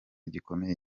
gikomeye